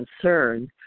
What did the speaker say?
concern